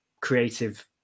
creative